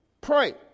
pray